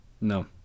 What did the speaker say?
No